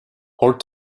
port